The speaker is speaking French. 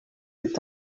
est